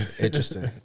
Interesting